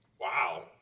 Wow